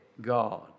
God